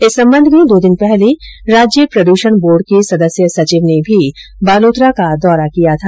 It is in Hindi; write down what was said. इस सम्बन्ध में दो दिन पहले राज्य प्रदूषण बोर्ड के सदस्य सचिव ने भी बालोतरा का दौरा किया था